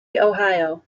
ohio